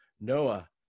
Noah